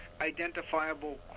identifiable